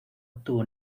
obtuvo